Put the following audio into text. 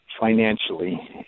financially